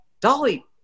Dolly